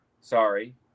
sorry